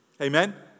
Amen